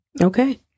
Okay